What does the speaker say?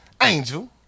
Angel